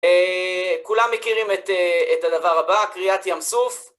אה... כולם מכירים את הדבר הבא, קריעת ים סוף.